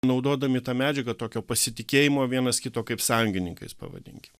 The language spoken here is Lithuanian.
naudodami tą medžiagą tokio pasitikėjimo vienas kito kaip sąjungininkais pavadinkim